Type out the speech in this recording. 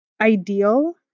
ideal